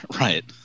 Right